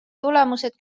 tulemused